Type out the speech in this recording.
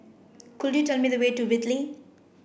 could you tell me the way to Whitley